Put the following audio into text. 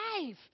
life